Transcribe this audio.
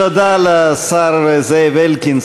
תודה לשר זאב אלקין,